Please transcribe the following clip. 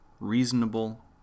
reasonable